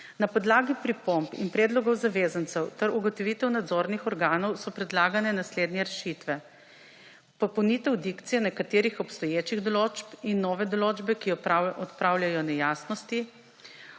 Na podlagi pripomb in predlogov zavezancev ter ugotovitev nadzornih organov so predlagane naslednje rešitve: popolnitev dikcije nekaterih obstoječih določb in nove določbe, ki odpravljajo nejasnosti,